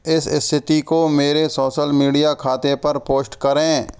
इस स्थिति को मेरे सोशल मीडिया खाते पर पोस्ट करें